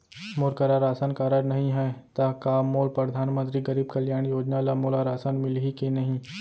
मोर करा ration card नहीं है त का मोल परधानमंतरी गरीब कल्याण योजना ल मोला राशन मिलही कि नहीं?